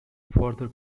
further